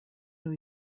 new